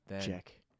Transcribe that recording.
Check